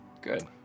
Good